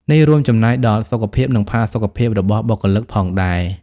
នេះរួមចំណែកដល់សុខភាព និងផាសុកភាពរបស់បុគ្គលិកផងដែរ។